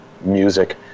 music